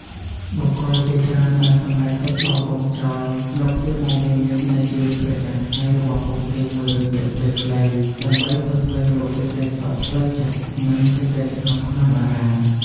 បុគ្គលជាច្រើនបានសម្រេចចិត្តបោះបង់ចោលនូវភាពមមាញឹកនៃជីវិតប្រចាំថ្ងៃរបស់ពួកគេមួយរយៈពេលខ្លី ដើម្បីទៅស្វែងរកសេចក្តីសុខផ្លូវចិត្តនិងសេចក្តីស្ងប់ក្នុងអារាម។